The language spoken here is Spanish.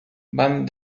van